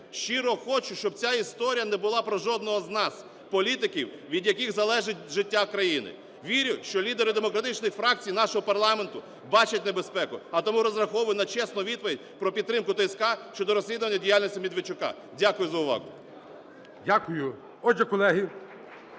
Щиро хочу, щоб ця історія не була про жодного з нас – політиків, від яких залежить життя країни. Вірю, що лідери демократичних фракцій нашого парламенту бачать небезпеку, а тому розраховую на чесну відповідь про підтримку ТСК щодо розслідування діяльності Медведчука. Дякую за увагу. ГОЛОВУЮЧИЙ. Дякую. Отже, колеги,